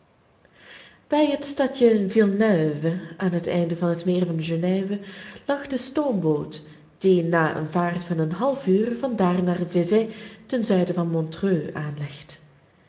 bij het stadje villeneuve aan het einde van het meer van genève lag de stoomboot die na een vaart van een half uur van daar naar vevay ten zuiden van montreux aanlegt